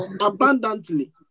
abundantly